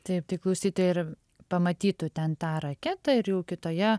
taip tai klausytojai ir pamatytų ten tą raketą ir jau kitoje